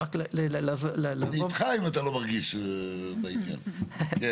אם אתה לא מרגיש בעניין, אני איתך.